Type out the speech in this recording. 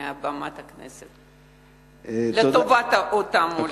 מעל במת הכנסת, לטובת אותם עולים.